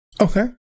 Okay